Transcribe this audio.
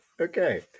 Okay